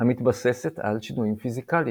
המתבססת על שינויים פיזיקליים.